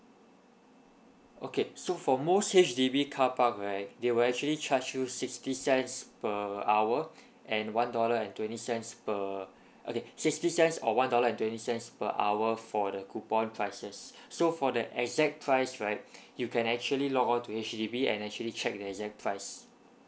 okay so for most H_D_B carpark right they will actually charge you sixty cents per hour and one dollar and twenty cents per okay sixty cents or one dollar twenty cents per hour for the coupon classes so for that exact price right you can actually log on to H_D_B and actually check the exact price